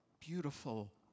beautiful